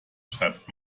schreibt